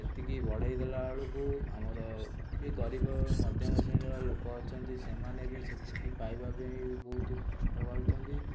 ସେତିକି ବଢ଼େଇ ଦେଲାବେଳକୁ ଆମର ଯିଏ ଗରିବ ମଧ୍ୟମ ଶ୍ରେଣୀର ଲୋକ ଅଛନ୍ତି ସେମାନେ ବି ସେତିକି ପାଇବାପାଇଁ ବି ବହୁତ କଷ୍ଟ ପାଉଛନ୍ତି